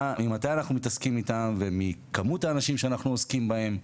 ממתי אנחנו מתעסקים איתם וכמות האנשים שאנחנו עוסקים בהם.